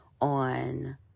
on